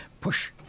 push